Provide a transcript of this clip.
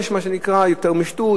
יש מה שנקרא "יותר משתות",